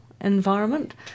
environment